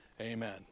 amen